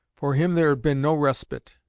for him there had been no respite,